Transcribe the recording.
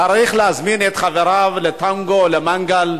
צריך להזמין את חבריו לטנגו או למנגל בבית.